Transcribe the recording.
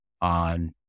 on